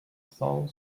thou